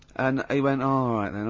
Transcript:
and he went, all right then,